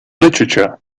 literature